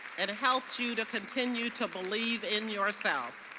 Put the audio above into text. and helped you to continue to believe in yourself